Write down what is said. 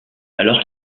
alors